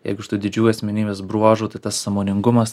jeigu iš tų didžiųjų asmenybės bruožų tai tas sąmoningumas